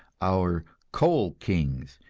our coal kings,